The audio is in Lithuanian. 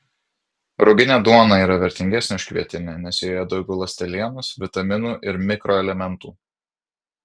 ruginė duona yra vertingesnė už kvietinę nes joje daugiau ląstelienos vitaminų ir mikroelementų